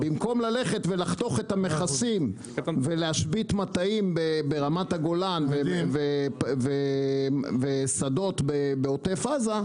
במקום ללכת ולחתוך את המכסים ולהשבית מטעים ברמת הגולן ושדות בעוטף עזה,